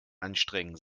anstrengen